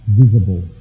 visible